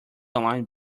online